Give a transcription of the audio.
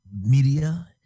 media